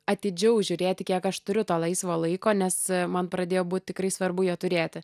atidžiau žiūrėti kiek aš turiu to laisvo laiko nes man pradėjo būt tikrai svarbu jo turėti